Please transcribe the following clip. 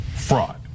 Fraud